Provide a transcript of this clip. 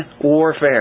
warfare